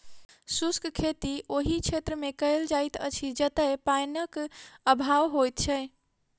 शुष्क खेती ओहि क्षेत्रमे कयल जाइत अछि जतय पाइनक अभाव होइत छै